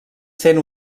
sent